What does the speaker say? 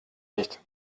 nicht